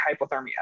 hypothermia